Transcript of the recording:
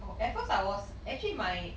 oh at first I was actually my